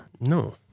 No